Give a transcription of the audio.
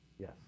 yes